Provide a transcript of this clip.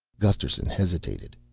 gusterson hesitated.